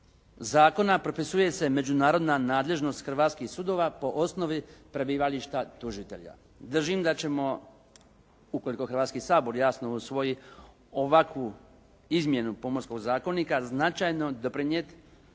zakona propisuje se međunarodna nadležnost hrvatskih sudova prema osnovi prebivališta tužitelja. Držim da ćemo ukoliko Hrvatski sabor jasno usvoji ovakvu izmjenu Pomorskog zakonika, značajno doprinijeti